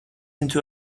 into